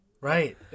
Right